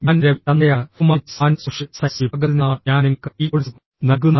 ഞാൻ രവി ചന്ദ്രയാണ് humanities and social science വിഭാഗത്തിൽ നിന്നാണ് ഞാൻ നിങ്ങൾക്ക് ഈ കോഴ്സ് നൽകുന്നത്